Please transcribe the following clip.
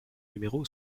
numéro